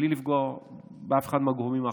בלי לפגוע באף אחד מהגורמים האחרים,